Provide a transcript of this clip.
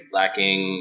lacking